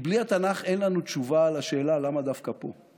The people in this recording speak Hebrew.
כי בלי התנ"ך אין לנו תשובה על השאלה למה דווקא פה.